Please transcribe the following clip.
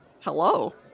Hello